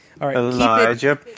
Elijah